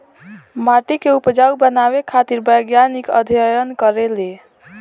माटी के उपजाऊ बनावे खातिर वैज्ञानिक अध्ययन करेले